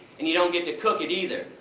and you don't get to cook it either.